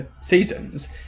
seasons